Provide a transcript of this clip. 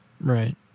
Right